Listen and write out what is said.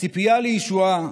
הציפייה לישועה,